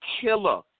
Killer